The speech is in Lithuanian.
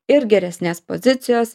ir geresnės pozicijos